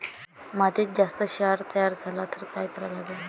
मातीत जास्त क्षार तयार झाला तर काय करा लागन?